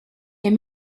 est